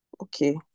Okay